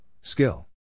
Skill